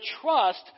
trust